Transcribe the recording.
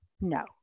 No